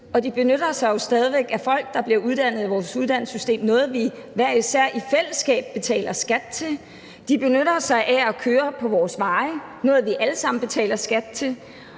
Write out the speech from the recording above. de benytter sig jo stadig væk af folk, der bliver uddannet i vores uddannelsessystem – noget, som vi hver især i fællesskab betaler skat til. De benytter sig af at køre på vores veje – noget, som vi alle sammen betaler skat til.